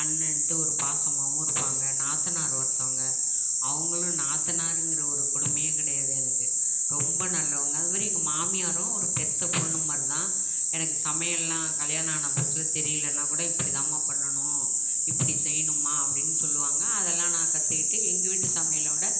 அண்ணன்ட்டு ஒரு பாசமாகவும் இருப்பாங்க நாத்தனார் ஒருத்தங்க அவங்களும் நாத்தனாருங்கிற ஒரு கொடுமையே கிடையாது எனக்கு ரொம்ப நல்லவங்க அதுமாதிரி எங்கள் மாமியாரும் ஒரு பெற்ற பொண்ணு மாதிரிதான் எனக்கு சமையலெல்லாம் கல்யாணம் ஆன புதுசில் தெரியலன்னா கூட இப்படிதாம்மா பண்ணணும் இப்படி செய்யணும்மா அப்படின்னு சொல்வாங்க அதை எல்லாம் நான் கற்றுக்கிட்டு எங்கள் வீட்டு சமையலோடு